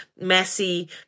messy